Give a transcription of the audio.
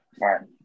right